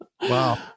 Wow